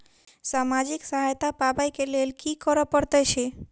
सामाजिक सहायता पाबै केँ लेल की करऽ पड़तै छी?